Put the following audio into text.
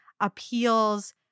appeals